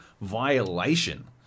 violation